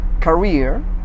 career